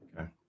okay